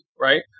right